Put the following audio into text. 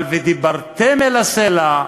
אבל "ודברתם אל הסלע",